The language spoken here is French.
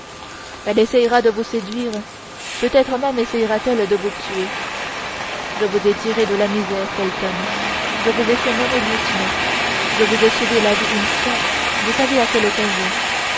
elle essayera de vous séduire peut-être même essayera t elle de vous tuer je vous ai tiré de la misère felton je vous ai fait nommer lieutenant je vous ai sauvé la vie une fois vous savez à quelle occasion